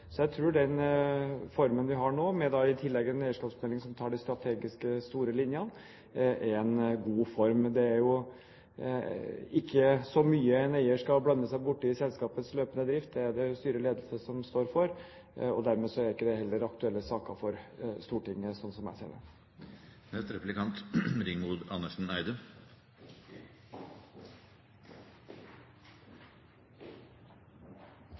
Så jeg tror den formen vi har nå, med en eierskapsmelding i tillegg som tar de strategisk store linjene, er en god form. Men det er jo ikke så mye en eier skal blande seg borti når det gjelder selskapets løpende drift. Den er det styre og ledelse som står for, og dermed er det heller ikke aktuelle saker for Stortinget, sånn som jeg ser det. Jeg vil benytte anledningen til